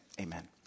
Amen